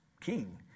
king